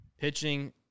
pitching